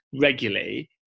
regularly